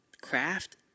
craft